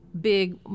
big